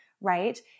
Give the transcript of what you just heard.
Right